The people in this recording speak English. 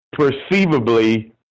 perceivably